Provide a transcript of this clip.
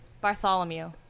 Bartholomew